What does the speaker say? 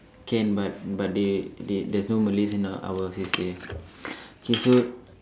can but but they they there's no Malays in our our C_C_A K so